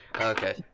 okay